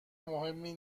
مهمی